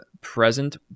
present